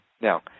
now